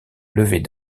levée